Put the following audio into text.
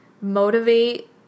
motivate